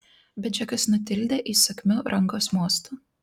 bet džekas nutildė įsakmiu rankos mostu